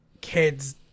kids